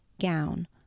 gown